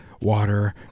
water